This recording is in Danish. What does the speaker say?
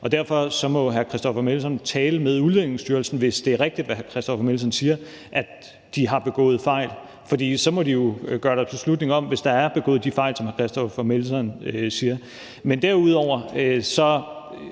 Og derfor må hr. Christoffer Aagaard Melson tale med Udlændingestyrelsen, hvis det er rigtigt, hvad hr. Christoffer Aagaard Melson siger om, at de har begået fejl, for så må de jo gøre deres beslutning om, hvis der er begået de fejl, som hr. Christoffer Aagaard Melson siger der er. Men derudover